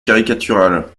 caricatural